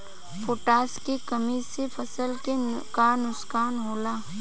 Potash के कमी से फसल के का नुकसान होला?